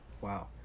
Wow